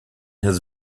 his